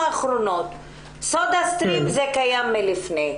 סודה סטרים קיים לפני כן,